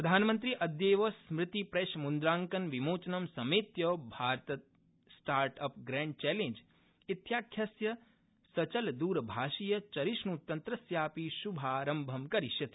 प्रधानमन्त्री अद्यक्ष स्मृति प्रक्रमुद्राकन विमोचन समखि भारत स्टार्ट अप ग्रष्डि चर्त्रीज इत्याख्यस्य सचलदरभाषीय चरिष्णुतन्त्रस्यापि श्भारम्भं करिष्यति